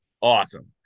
awesome